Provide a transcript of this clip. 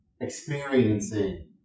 experiencing